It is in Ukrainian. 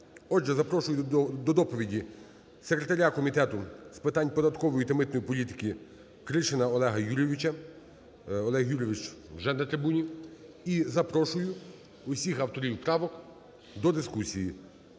Отже, запрошую до доповіді секретаря Комітету з питань податкової та митної політики Кришина Олега Юрійовича. Олег Юрійович вже на трибуні. І запрошую усіх авторів правок до дискусії.